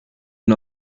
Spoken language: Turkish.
bin